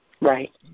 Right